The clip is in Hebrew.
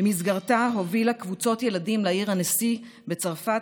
ובמסגרתה הובילה קבוצות ילדים לעיר אנסי בצרפת,